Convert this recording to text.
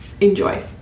Enjoy